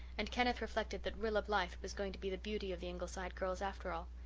and kenneth reflected that rilla blythe was going to be the beauty of the ingleside girls after all.